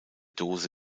dose